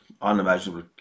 unimaginable